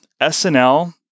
SNL